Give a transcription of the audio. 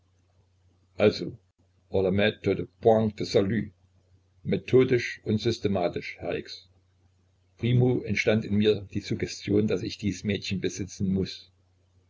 de salut methodisch und systematisch herr x primo entstand in mir die suggestion daß ich dies mädchen besitzen muß